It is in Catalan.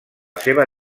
seva